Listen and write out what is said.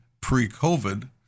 pre-COVID